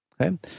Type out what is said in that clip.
okay